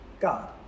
God